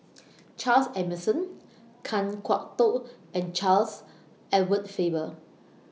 Charles Emmerson Kan Kwok Toh and Charles Edward Faber